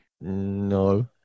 No